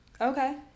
Okay